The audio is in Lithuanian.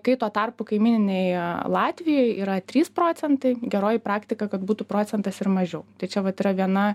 kai tuo tarpu kaimyninėj latvijoj yra trys procentai geroji praktika kad būtų procentas ir mažiau tai čia vat yra viena